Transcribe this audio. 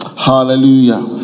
Hallelujah